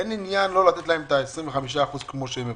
אין עניין לא לתת להם את ה-25% כפי שהם מבקשים.